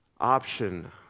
option